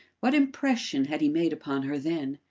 what impression had he made upon her then?